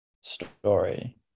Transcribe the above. story